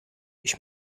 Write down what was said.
ich